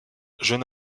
jeune